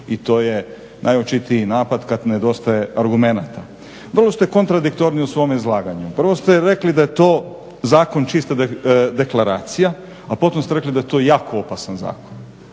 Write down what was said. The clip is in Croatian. i to je najočitiji napad kada nedostaje argumenata. Vrlo ste kontradiktorni u svome izlaganju. Prvo ste rekli da je to zakon čista deklaracija, a potom ste rekli da je to jako opasan zakon,